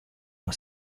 our